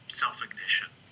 self-ignition